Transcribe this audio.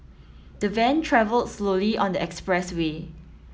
the van travelled slowly on the expressway